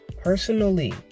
Personally